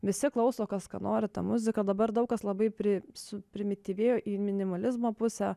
visi klauso kas ką nori ta muzika dabar daug kas labai pri suprimityvėjo į minimalizmo pusę